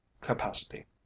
capacity